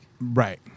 right